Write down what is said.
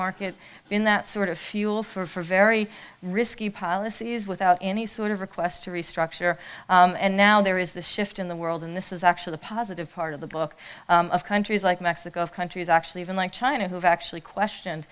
market in that sort of fuel for very risky policies without any sort of request to restructure and now there is this shift in the world and this is actually the positive part of the book of countries like mexico countries actually even like china who've actually question